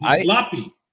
sloppy